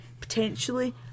potentially